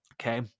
Okay